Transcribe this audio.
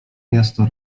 miasto